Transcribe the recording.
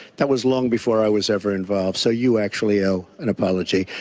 that was long before i was ever involved. so you actually owe an apology.